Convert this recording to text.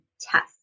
test